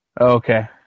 Okay